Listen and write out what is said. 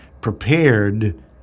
prepared